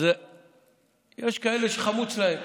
אז יש כאלה שחמוץ להם